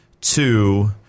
two